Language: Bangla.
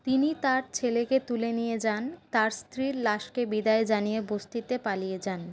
তিনি তাঁর ছেলেকে তুলে নিয়ে যান তাঁর স্ত্রীর লাশকে বিদায় জানিয়ে বস্তিতে পালিয়ে যান